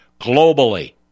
globally